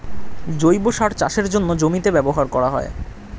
জৈব সার চাষের জন্যে জমিতে ব্যবহার করা হয়